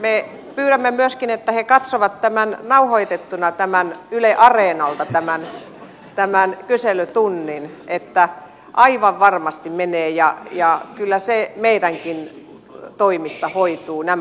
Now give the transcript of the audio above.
me pyydämme myöskin että he katsovat nauhoitettuna yle areenalta tämän kyselytunnin että aivan varmasti medeia ja yllä se ei bändin toimista menee